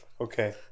Okay